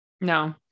No